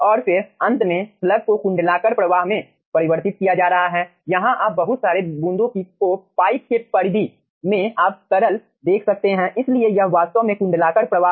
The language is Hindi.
और फिर अंत में स्लग को कुंडलाकार प्रवाह में परिवर्तित किया जा रहा है यहां आप बहुत सारे बूंदों को पाइप की परिधि में आप तरल देख सकते हैं इसलिए यह वास्तव में कुंडलाकार प्रवाह है